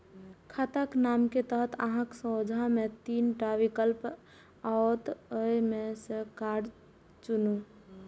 खाताक नाम के तहत अहांक सोझां मे तीन टा विकल्प आओत, ओइ मे सं कार्ड चुनू